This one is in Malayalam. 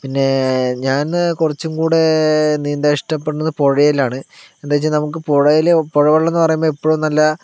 പിന്നെ ഞാൻ കുറച്ചുകൂടി നീന്താൻ ഇഷ്ടപ്പെടുന്നത് പുഴയിലാണ് എന്താണെന്നു വച്ചാൽ നമുക്ക് പുഴയിൽ പുഴവെള്ളമെന്ന് പറയുമ്പോൾ എപ്പോഴും നല്ല